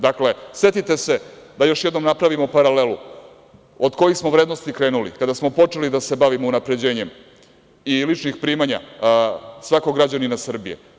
Dakle, setite se, da još jednom napravimo paralelu, od kojih smo vrednosti krenuli kada smo počeli da se bavimo unapređenjem i ličnih primanja svakog građanina Srbije.